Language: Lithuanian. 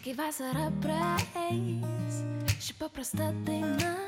kai vasara praeis paprasta daina